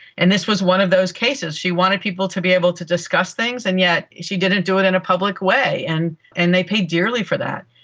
and this was one of those cases. she wanted people to be able to discuss things, and yet she didn't do it in a public way and and they paid dearly for that.